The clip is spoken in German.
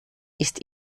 ist